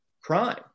crime